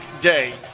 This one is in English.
day